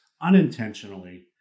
unintentionally